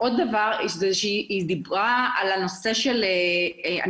יש פעילות שאנחנו עתידים לעשות בהכשרה